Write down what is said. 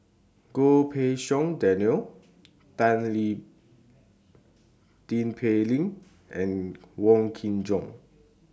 Goh Pei Siong Daniel Tin Pei Ling and Wong Kin Jong